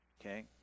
okay